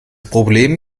problem